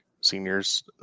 seniors